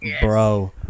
Bro